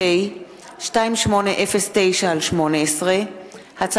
פ/2809/18 וכלה בהצעת חוק פ/2830/18,